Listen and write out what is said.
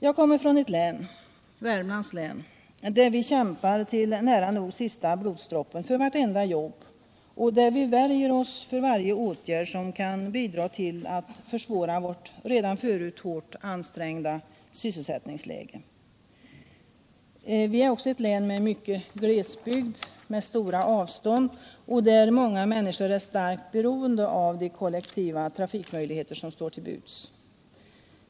Jag kommer från ett län — Värmlands län — där vi kämpar till nära nog sista blodsdroppen för vartenda jobb och där vi värjer oss för varje åtgärd som kan bidraga till att försvåra vårt redan förut ansträngda sysselsättningsläge. Vårt län har också mycket glesbygd med stora avstånd, där många människor är starkt beroende av de kollektiva trafikmöjligheter som står till buds.